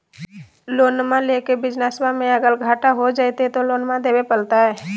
लोनमा लेके बिजनसबा मे अगर घाटा हो जयते तो लोनमा देवे परते?